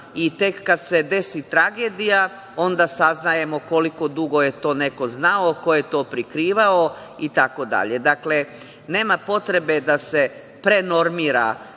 i tek kada se desi tragedija, onda saznajemo koliko dugo je to neko znao, ko je to prikrivao itd. Dakle, nema potrebe da se pre normira